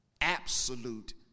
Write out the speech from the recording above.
absolute